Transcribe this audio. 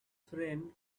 friend